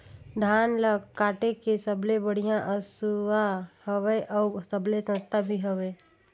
धान ल काटे के सबले बढ़िया हंसुवा हवये? अउ सबले सस्ता भी हवे?